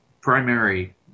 primary